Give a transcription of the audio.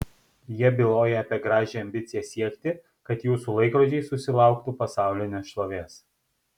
jie byloja apie gražią ambiciją siekti kad jūsų laikrodžiai susilauktų pasaulinės šlovės